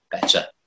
better